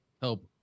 help